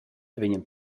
vegnan